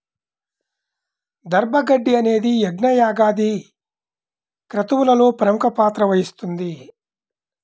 దర్భ గడ్డి అనేది యజ్ఞ, యాగాది క్రతువులలో ప్రముఖ పాత్ర వహిస్తుంది